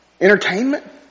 Entertainment